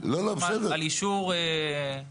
זה רק בקשה לאישור רשמי,